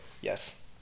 Yes